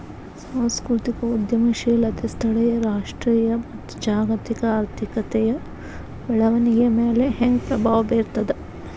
ಸಾಂಸ್ಕೃತಿಕ ಉದ್ಯಮಶೇಲತೆ ಸ್ಥಳೇಯ ರಾಷ್ಟ್ರೇಯ ಮತ್ತ ಜಾಗತಿಕ ಆರ್ಥಿಕತೆಯ ಬೆಳವಣಿಗೆಯ ಮ್ಯಾಲೆ ಹೆಂಗ ಪ್ರಭಾವ ಬೇರ್ತದ